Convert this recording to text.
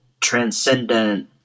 transcendent